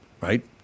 right